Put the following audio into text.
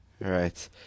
Right